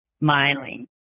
smiling